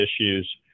issues